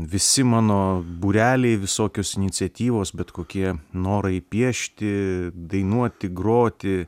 visi mano būreliai visokios iniciatyvos bet kokie norai piešti dainuoti groti